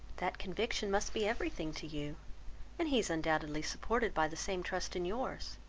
that conviction must be every thing to you and he is undoubtedly supported by the same trust in your's.